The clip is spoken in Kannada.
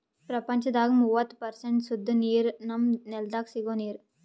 ಪ್ರಪಂಚದಾಗ್ ಮೂವತ್ತು ಪರ್ಸೆಂಟ್ ಸುದ್ದ ನೀರ್ ನಮ್ಮ್ ನೆಲ್ದಾಗ ಸಿಗೋ ನೀರ್